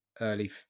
early